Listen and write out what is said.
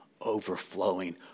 overflowing